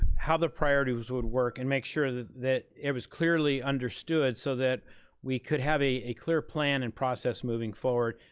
how the priorities would work and make sure that that it was clearly understood so that we could have a a clear plan and process moving forward,